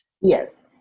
Yes